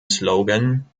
slogan